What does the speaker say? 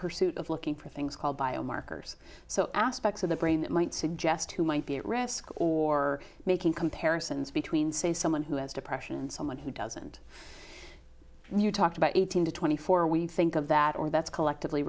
pursuit of looking for things called biomarkers so aspects of the brain that might suggest who might be at risk or making comparisons between say someone who has depression and someone who doesn't when you talk about eighteen to twenty four when you think of that or that's collectively